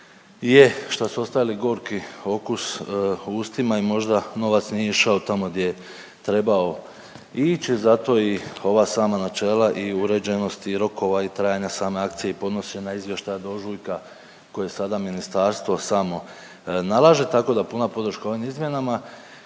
je što su ostali gorki okus u ustima i možda novac nije išao tamo gdje je trebao ići, zato i ova sama načela i uređenost i rokova i trajanje same akcije i podnošenja izvještaja do ožujka koje sada ministarstvo samo nalaže tako da puna podrška ovim izmjenama.